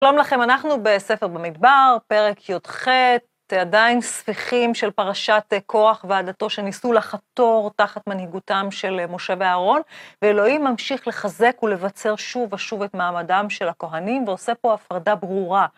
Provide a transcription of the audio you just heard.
שלום לכם, אנחנו בספר במדבר, פרק י"ח, עדיין ספיחים של פרשת קורח ועדתו שניסו לחתור תחת מנהיגותם של משה ואהרון, ואלוהים ממשיך לחזק ולבצר שוב ושוב את מעמדם של הכוהנים, ועושה פה הפרדה ברורה.